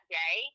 day